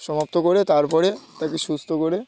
সমাপ্ত করে তারপরে তাকে সুস্থ করে